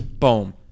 Boom